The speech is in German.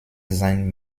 sein